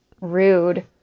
rude